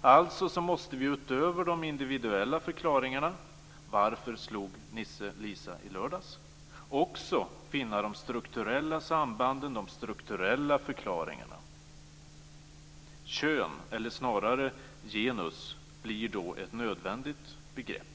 Alltså måste vi utöver de individuella förklaringarna - varför slog Nisse Lisa i lördags? - också finna de strukturella sambanden, de strukturella förklaringarna. Kön - eller snarare genus - blir då ett nödvändigt begrepp.